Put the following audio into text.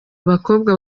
abakobwa